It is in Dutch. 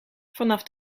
vanaf